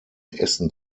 essen